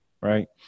Right